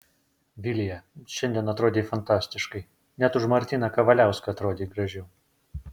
vilija šiandien atrodei fantastiškai net už martyną kavaliauską atrodei gražiau